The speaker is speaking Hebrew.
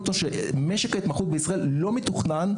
משק ההתמחות בישראל הוא לא מתוכנן,